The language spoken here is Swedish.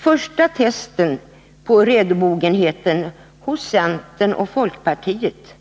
Första testen på redobogenheten hos centern och folkpartiet